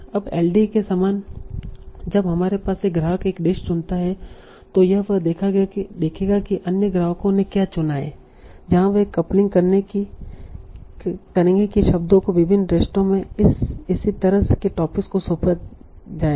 अब एलडीए के समान जब हमारे पास एक ग्राहक एक डिश चुनता है तो वह यह देखेगा कि अन्य ग्राहकों ने क्या चुना है जहां वे कपलिंग करेंगे कि शब्दों को विभिन्न रेस्तरां में इसी तरह के टॉपिक्स को सौंपा जाएगा